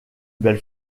belle